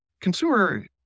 Consumer